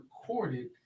recorded